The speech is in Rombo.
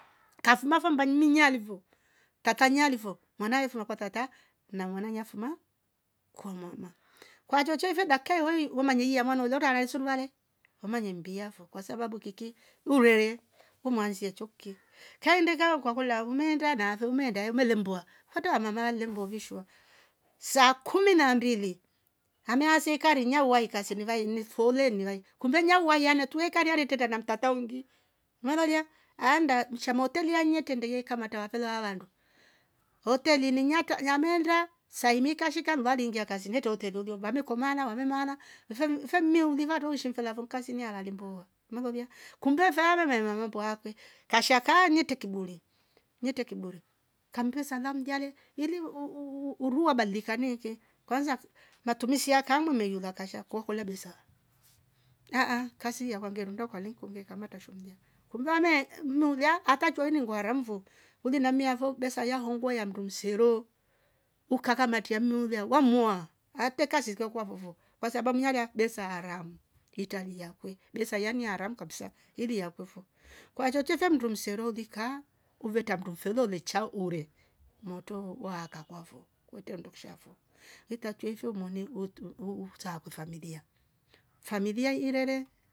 Kafuma vomba ninyii alivo kakanyia alifo mwanae fula kwatata na mwana nyfumo kwa mwama. kwa chochove dakka iyoi wemanyeia manuloka arae suruale umaney mbia foo kwasababu kiki urue umaanzie choki kaendaga ukakolwa ummenda nathu umeenda umelembwa kwete wamamam nlemvovisha saa kumi na mbili ame asekare nya huaika sinivai ni foleni vai kumbe nyauwaina tuwe kariana teta na mtata ungi malolya annda mcha maoteli anyetende ye kamata wafelalando hoteelini nyata nyamenda saimika shika mvali ingia kasini hetote lolio vamekomala wamamala vem- vemiu uliva tuoshi mfelavo mkasia nialale mbuu mulolia. kunde famerere mama mbaakwe kashaka nite kiburi nite kiburi kambi salamu jane iri uu- uuu- urua badilka neke kwanza matumizi ya kama meiuyula kashakohola besa, ahh ahh kasi ya kwa mngerundoka linkumbe kamata shumlia kumlamle eeh mlulia hata choini ngwara mvu huni na miavo besa yahongwe ya mtu msero ukakamatia mnulia wammua ate kasi zikwakua vovo kwsababu mnyalia besa aharam italiakwe. besa yani haram kabisa ili yakwefo kwa chochotte ndumsero lika uverta ndu mfelo lechao ule morto waaka kwavo kwete ndo kshavo itatuweifo moni hoto uuu utsavo familia familia irere.